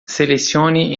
selecione